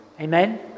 Amen